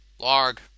Larg